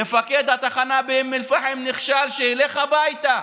מפקד התחנה באום אל-פחם נכשל, שילך הביתה,